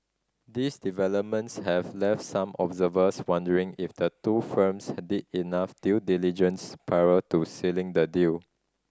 these developments have left some observers wondering if the two firms did enough due diligence prior to sealing the deal